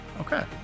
okay